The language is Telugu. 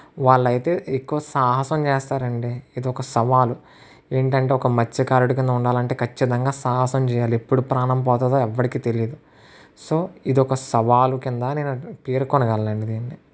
వాలైతే ఎక్కువ సాహసం చేస్తారండి ఇదొక సవాలు ఏంటంటే ఒక మత్స్యకారుడుగా ఉండాలంటే ఖచ్చితంగా సాహసం చేయాలి ఎప్పుడు ప్రాణం పోతుందో ఎవ్వడికి తెలియదు సో ఇదొక సవాలు కింద నేను పేర్కొనగలనండి దీన్ని